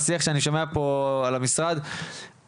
השיח שאני שומע פה על משרד החינוך,